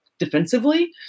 defensively